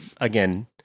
again